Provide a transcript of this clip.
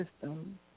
system